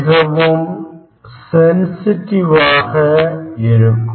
மிகவும் சென்சிட்டிவ் ஆக இருக்கும்